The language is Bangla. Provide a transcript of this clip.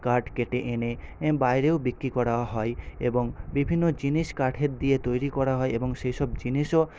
কাঠ কেটে এনে বাইরেও বিক্রি করা হয় এবং বিভিন্ন জিনিস কাঠের দিয়ে তৈরি করা হয় এবং সেইসব জিনিসও